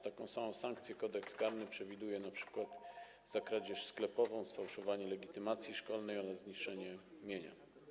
Taką samą sankcję Kodeks karny przewiduje np. za kradzież sklepową, sfałszowanie legitymacji szkolnej oraz zniszczenie mienia.